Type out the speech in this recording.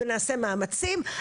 ונעשה מאמצים,